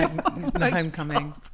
homecoming